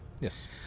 yes